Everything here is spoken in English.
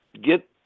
get